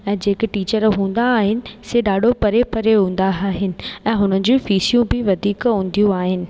ऐं जेके टीचर हूंदा आहिनि से ॾाढो परे परे हूंदा आहिनि ऐं हुन जी फीसियूं बि वधीक हूंदियूं आहिनि